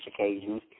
occasions